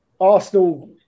Arsenal